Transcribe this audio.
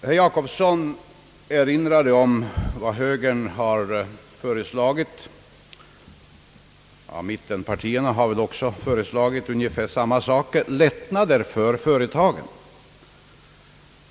Herr Jacobsson erinrade om att högern — liksom även mittenpartierna — föreslagit lättnader för företagen.